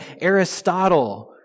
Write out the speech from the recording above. Aristotle